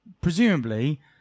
presumably